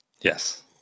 Yes